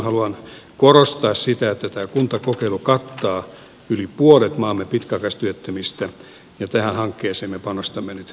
haluan korostaa sitä että tämä kuntakokeilu kattaa yli puolet maamme pitkäaikaistyöttömistä ja tähän hankkeeseen me panostamme nyt erittäin paljon